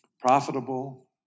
Profitable